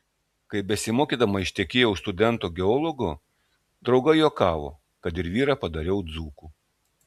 kai besimokydama ištekėjau už studento geologo draugai juokavo kad ir vyrą padariau dzūku